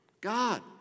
God